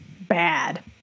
bad